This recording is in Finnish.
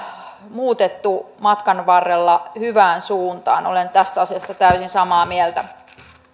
muutettu matkan varrella hyvään suuntaan olen tästä asiasta täysin samaa mieltä